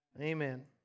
Amen